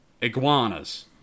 Iguanas